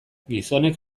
gizonek